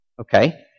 Okay